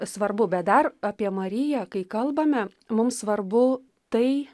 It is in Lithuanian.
svarbu bet dar apie mariją kai kalbame mums svarbu tai